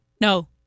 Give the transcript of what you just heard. No